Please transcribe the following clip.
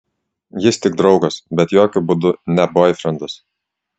jis tik draugas bet jokiu būdu ne boifrendas